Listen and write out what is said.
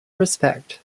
respect